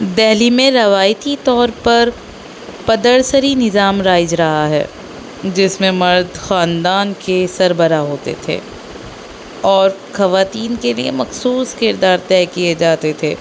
دلی میں روایتی طور پر پدر شاہی نظام رائج رہا ہے جس میں مرد خاندان کے سربراہ ہوتے تھے اور خواتین کے لیے مخصوص کردار طے کیے جاتے تھے